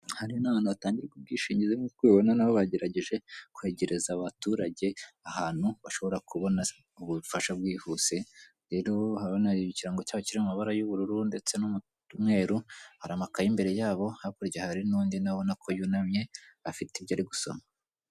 Aha rero ni ahantu hatangirwa ubwishingizi nk'uko ubibona nabo bagerageje kwegereza abaturage ahantu bashobora kubona ubufasha bwihuse, rero urabona hari ikirango cyabo kiri mu mabara y'ubururu ndetse n'umweru, hari amakaye imbere yabo hakurya hari n'undi nawe ubona ko yunamye afite ibyo ari gusoma.